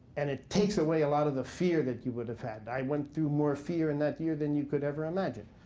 and it takes away a lot of the fear that you would have had. i went through more fear in that year than you could ever imagine.